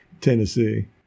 Tennessee